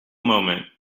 moment